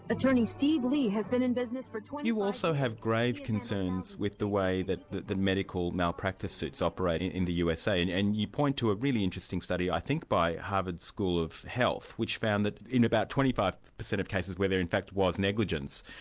attorney steve lee has been in business for twenty five years. you also had grave concerns with the way that the the medical malpractice suits operating in the usa, and and you point to a really interesting study, i think by harvard school of health, which found that in about twenty five percent of cases where there in fact was negligence,